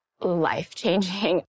life-changing